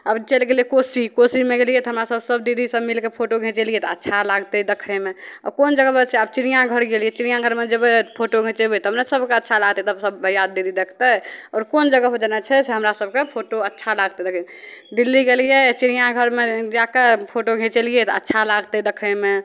आब चलि गेलिए कोसी कोसीमे गेलिए तऽ हमरासभ सभ दीदीसभ मिलिके फोटो घिचेलिए तऽ अच्छा लागतै देखैमे आओर कोन जगहपर छै आब चिड़िआँघर गेलिए चिड़िआँघरमे जएबै फोटो घिचेबै तब ने सभकेँ अच्छा लागतै तब सभ भइआ दीदी देखतै आओर कोन जगहपर जाना छै से हमरा सभकेँ फोटो अच्छा लागतै देखैमे दिल्ली गेलिए चिड़िआँघरमे जाके फोटो घिचेलिए तऽ अच्छा लागतै देखैमे